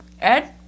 Ed